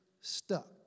stuck